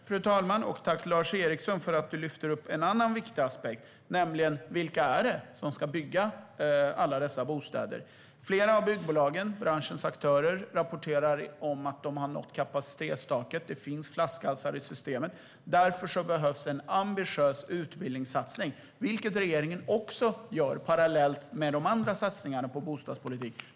Fru talman! Tack, Lars Eriksson, för att du lyfter upp en annan viktig aspekt, nämligen vilka som ska bygga alla dessa bostäder. Flera av byggbolagen - branschens aktörer - rapporterar att de har nått kapacitetstaket. Det finns flaskhalsar i systemet. Därför behövs en ambitiös utbildningssatsning, vilket regeringen också gör parallellt med satsningarna på bostadspolitik.